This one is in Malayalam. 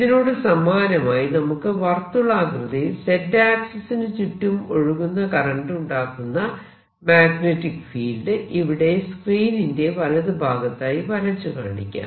ഇതിനോട് സമാനമായി നമുക്ക് വാർത്തുളാകൃതിയിൽ Z ആക്സിസിനു ചുറ്റും ഒഴുകുന്ന കറന്റ് ഉണ്ടാക്കുന്ന മാഗ്നെറ്റിക് ഫീൽഡ് ഇവിടെ സ്ക്രീനിന്റെ വലതു ഭാഗത്തായി വരച്ചു കാണിക്കാം